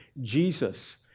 Jesus